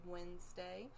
Wednesday